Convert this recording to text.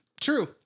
True